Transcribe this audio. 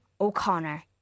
o'connor